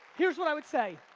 here's what i would say,